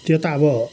त्यो त अब